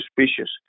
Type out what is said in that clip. suspicious